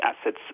assets